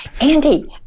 Andy